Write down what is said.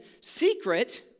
secret